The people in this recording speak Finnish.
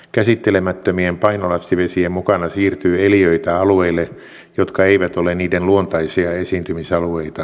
käsittelemättömien painolastivesien mukana siirtyy eliöitä alueille jotka eivät ole niiden luontaisia esiintymisalueita